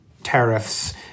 tariffs